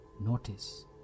Notice